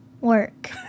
work